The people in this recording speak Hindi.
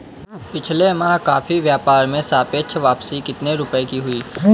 पिछले माह कॉफी व्यापार में सापेक्ष वापसी कितने रुपए की हुई?